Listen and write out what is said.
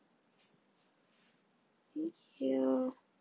thank you